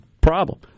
problem